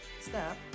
Step